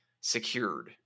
secured